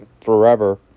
forever